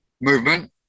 movement